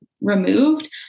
removed